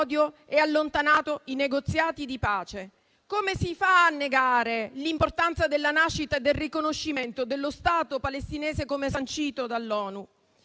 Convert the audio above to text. e allontanato i negoziati di pace. Come si fa a negare l'importanza della nascita e del riconoscimento dello Stato palestinese come sancito dall'ONU?